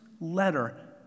letter